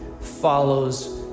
follows